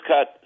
cut